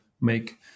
make